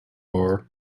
are